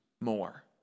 more